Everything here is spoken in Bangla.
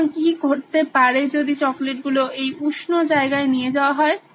সুতরাং কি ঘটতে পারে যদি চকলেটগুলো এই উষ্ণ জায়গায় নিয়ে যাওয়া হয়